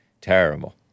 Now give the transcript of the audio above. Terrible